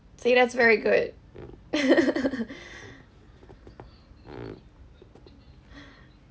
see that's very good